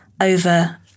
Over